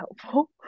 helpful